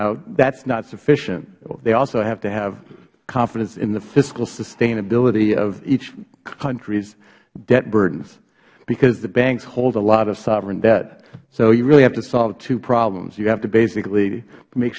now that is not sufficient they also have to have confidence in the fiscal sustainability of each country's debt burdens because the banks hold a lot of sovereign debt so you really have to solve two problems you have to basically make